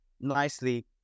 nicely